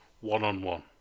one-on-one